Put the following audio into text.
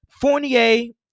Fournier